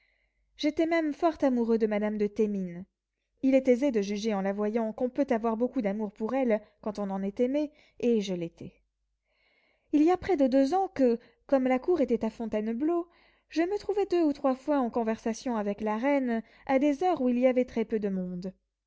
j'étais même fort amoureux de madame de thémines il est aisé de juger en la voyant qu'on peut avoir beaucoup d'amour pour elle quand on en est aimé et je l'étais il y a près de deux ans que comme la cour était à fontainebleau je me trouvai deux ou trois fois en conversation avec la reine à des heures où il y avait très peu de monde